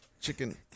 chicken